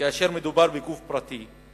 כאשר מדובר בגוף פרטי,